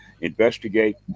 investigate